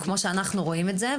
כמו שאנחנו רואים את זה,